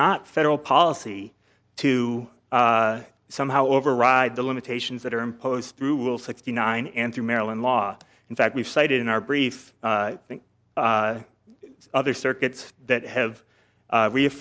not federal policy to somehow override the limitations that are imposed through will sixty nine and through maryland law in fact we've cited in our brief i think other circuits that have